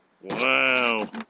Wow